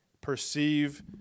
perceive